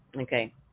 okay